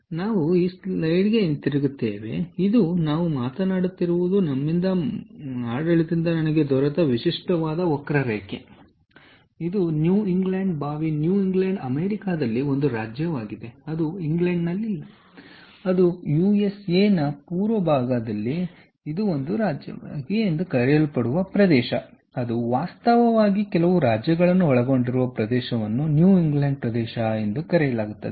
ಆದ್ದರಿಂದ ನಾವು ಈ ಸ್ಲೈಡ್ಗೆ ಹಿಂತಿರುಗುತ್ತೇವೆ ಇದು ನಾವು ಮಾತನಾಡುತ್ತಿರುವುದು ನಮ್ಮಿಂದ ಮಾಹಿತಿ ಮಾಹಿತಿ ಆಡಳಿತದಿಂದ ನನಗೆ ದೊರೆತ ಒಂದು ವಿಶಿಷ್ಟವಾದ ವಕ್ರರೇಖೆ ಮತ್ತು ಇದು ನ್ಯೂ ಇಂಗ್ಲೆಂಡ್ ಬಾವಿ ನ್ಯೂ ಇಂಗ್ಲೆಂಡ್ ಅಮೇರಿಕಾದಲ್ಲಿ ಒಂದು ರಾಜ್ಯವಾಗಿದೆ ಅದು ಇಂಗ್ಲೆಂಡ್ನಲ್ಲಿಲ್ಲ ಅದು ಯುಎಸ್ಎಯ ಪೂರ್ವ ಭಾಗದಲ್ಲಿ ಇದು ಒಂದು ರಾಜ್ಯವಲ್ಲ ಎಂದು ಕರೆಯಲ್ಪಡುವ ಪ್ರದೇಶವಿದೆ ಅದು ವಾಸ್ತವವಾಗಿ ಕೆಲವು ರಾಜ್ಯಗಳನ್ನು ಒಳಗೊಂಡಿರುವ ಪ್ರದೇಶವನ್ನು ನ್ಯೂ ಇಂಗ್ಲೆಂಡ್ ಪ್ರದೇಶ ಎಂದು ಕರೆಯಲಾಗುತ್ತದೆ